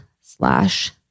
slash